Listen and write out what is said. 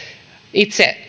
itse